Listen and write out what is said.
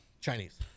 Chinese